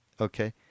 Okay